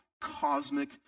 cosmic